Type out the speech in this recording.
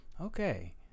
Okay